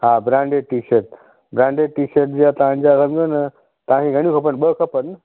हा branded T shirt branded T shirt जा तव्हांजा सम्झो न तव्हांखे घणियूं खपनि ॿ खपनि